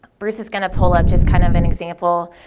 bruce is going to pull up just kind of an example,